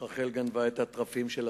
רחל גנבה את התרפים של אביה,